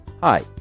Hi